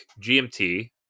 GMT